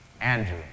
Andrew